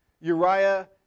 Uriah